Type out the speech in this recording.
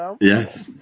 Yes